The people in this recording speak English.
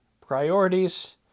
Priorities